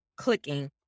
clicking